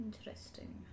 Interesting